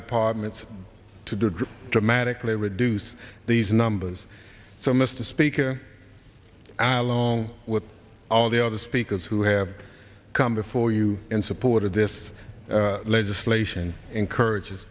departments to dramatically reduce these numbers so mr speaker i along with all the other speakers who have come before you and supported this legislation encourages